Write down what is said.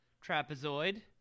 trapezoid